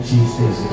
Jesus